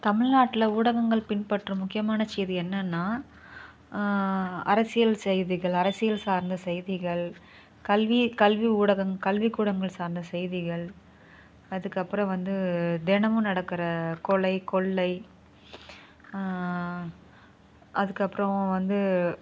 தமில்நாட்டில் ஊடகங்கள் பின்பற்றும் முக்கியமான செய்தி என்னனா அரசியல் செய்திகள் அரசியல் சார்ந்த செய்திகள் கல்வி கல்வி ஊடகம் கல்வி கூடங்கள் சார்ந்த செய்திகள் அதுக்கு அப்புறோம் வந்து தினமும் நடக்கிற கொலை கொள்ளை அதுக்கு அப்புறோம் வந்து